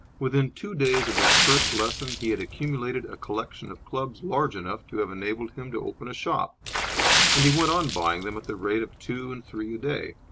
within two days of that first lesson he had accumulated a collection of clubs large enough to have enabled him to open a shop and he went on buying them at the rate of two and three a day.